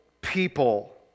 people